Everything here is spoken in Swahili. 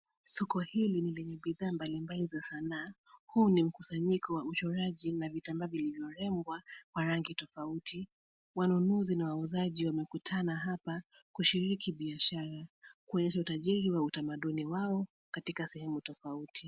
Soko hili ni lenye bidhaa mbalimbali za sanaa. Huu ni mkusanyiko wa uchoraji na vitambaa vilivyorengwa kwa rangi tofauti. Wanunuzi na wauzaji wamekutana hapa kushiriki biashara kuonyesha utajiri wa utamaduni wao katika sehemu tofauti.